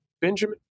Benjamin